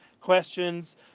questions